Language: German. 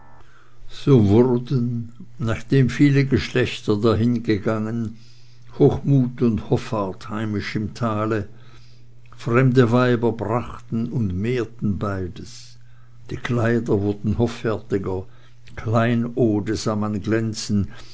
so wurden nachdem viele geschlechter dahingegangen hochmut und hoffart heimisch im tale fremde weiber brachten und mehrten beides die kleider wurden hoffärtiger kleinode sah man glänzen